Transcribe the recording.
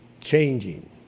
changing